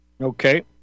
Okay